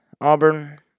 Auburn